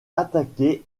attaquer